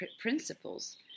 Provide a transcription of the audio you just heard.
principles